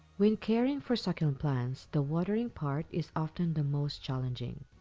when caring for succulent plants, the watering part is often the most challenging.